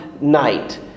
night